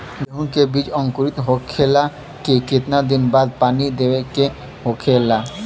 गेहूँ के बिज अंकुरित होखेला के कितना दिन बाद पानी देवे के होखेला?